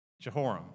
Jehoram